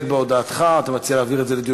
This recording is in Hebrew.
באופן מיידי בדיקה ובחינה בלתי תלויות ולהגיש